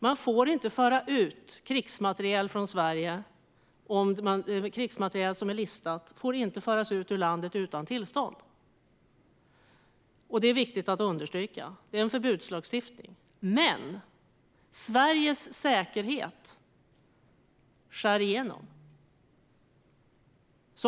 Man får inte föra ut krigsmateriel som är listad från Sverige utan tillstånd. Det är viktigt att understryka. Men Sveriges säkerhet skär igenom.